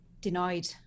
denied